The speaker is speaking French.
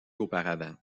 auparavant